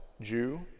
Jew